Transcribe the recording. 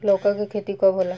लौका के खेती कब होला?